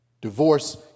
Divorce